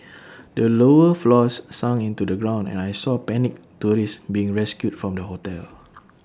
the lower floors sunk into the ground and I saw panicked tourists being rescued from the hotel